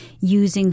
using